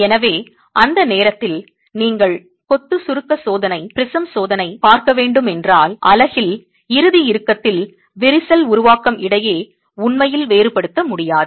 எனவே அந்த நேரத்தில் நீங்கள் கொத்து சுருக்க சோதனை ப்ரிஸம் சோதனை பார்க்க வேண்டும் என்றால் அலகில் இறுதி இறுக்கத்தில் விரிசல் உருவாக்கம் இடையே உண்மையில் வேறுபடுத்த முடியாது